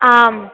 आम्